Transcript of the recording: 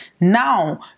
Now